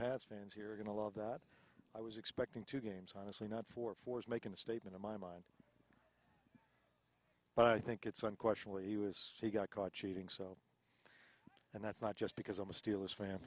pats fans here are going to love that i was expecting two games honestly not for fours making a statement in my mind but i think it's unquestionably he was he got caught cheating so and that's not just because i'm a steelers fan